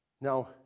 Now